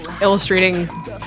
illustrating